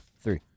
Three